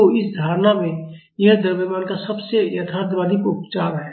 तो इस धारणा में यह द्रव्यमान का सबसे यथार्थवादी उपचार है